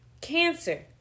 cancer